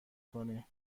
کنی